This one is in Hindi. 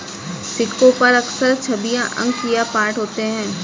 सिक्कों पर अक्सर छवियां अंक या पाठ होते हैं